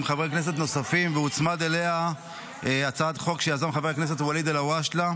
חברי כנסת נוספים והוצמדה אליה הצעת חוק שיזם חבר הכנסת ואליד אלהואשלה.